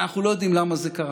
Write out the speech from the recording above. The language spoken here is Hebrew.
אנחנו לא יודעים למה זה קרה,